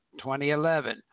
2011